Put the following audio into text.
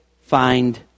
find